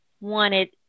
wanted